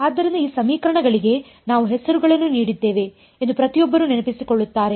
ಆದ್ದರಿಂದ ಈ ಸಮೀಕರಣಗಳಿಗೆ ನಾವು ಹೆಸರುಗಳನ್ನು ನೀಡಿದ್ದೇವೆ ಎಂದು ಪ್ರತಿಯೊಬ್ಬರೂ ನೆನಪಿಸಿಕೊಳ್ಳುತ್ತಾರೆ